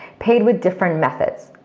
paid with different methods.